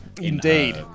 Indeed